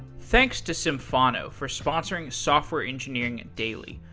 thanks to symphono for sponsoring software engineering daily.